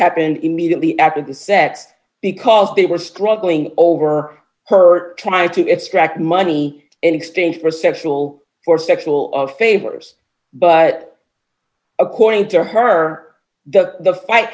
happened immediately after the sex because they were struggling over her try to extract money in exchange for sexual or sexual of favors but according to her that the fight